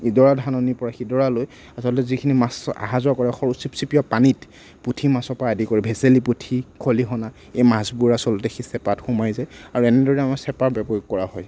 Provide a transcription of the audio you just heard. ইডৰা ধাননিৰ পৰা সিডৰালৈ আচলতে যিখিনি মাছ অহা যোৱা কৰে সৰু চিপচিপীয়া পানীত পুঠি মাছৰ পৰা আদি কৰি ভেচেলি পুঠি খলিহনা এই মাছবোৰ আচলতে সেই চেপাত সোমাই যায় আৰু এনেদৰে আমাৰ চেপাৰ প্ৰয়োগ কৰা হয়